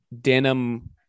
denim